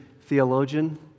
theologian